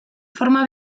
forma